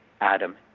Adam